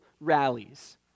rallies